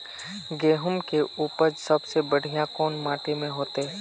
गेहूम के उपज सबसे बढ़िया कौन माटी में होते?